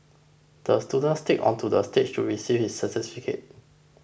the student skated onto the stage to receive his certificate